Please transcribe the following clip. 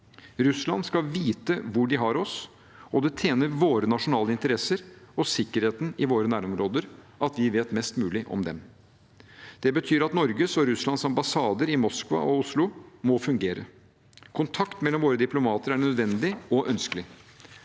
Russland skal vite hvor de har oss. Det tjener våre nasjonale interesser og sikkerheten i våre nærområder at vi vet mest mulig om dem. Det betyr at Norges og Russlands ambassader i Moskva og Oslo må fungere. Kontakt mellom våre diplomater er